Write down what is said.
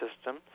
system